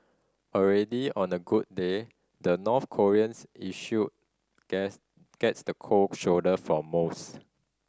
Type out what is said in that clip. already on a good day the North Koreans issue guess gets the cold shoulder from most